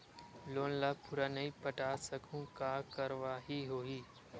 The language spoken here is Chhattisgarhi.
लोन ला पूरा नई पटा सकहुं का कारवाही होही?